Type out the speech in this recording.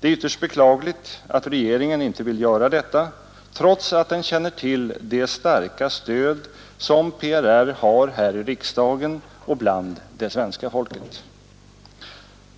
Det är ytterst beklagligt att regeringen inte vill göra detta, trots att den känner till det starka stöd som PRR har här i riksdagen och bland svenska folket.